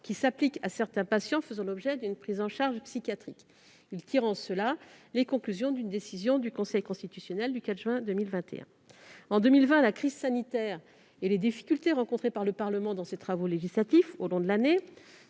qui s'appliquent à certains patients faisant l'objet d'une prise en charge psychiatrique. Il tire en cela les conclusions d'une décision du Conseil constitutionnel du 4 juin 2021. En 2020, la crise sanitaire et les difficultés rencontrées par le Parlement pour légiférer tout au long de l'année